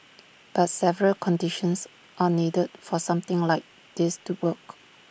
but several conditions are needed for something like this to work